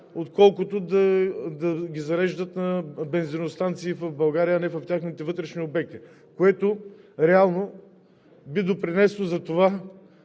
отколкото да ги зареждат на бензиностанции в България, а не в техните вътрешни обекти. Това реално би допринесло в